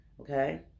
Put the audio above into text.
Okay